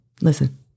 Listen